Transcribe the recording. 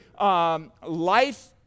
life